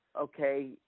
okay